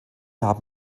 haben